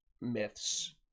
myths